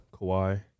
Kawhi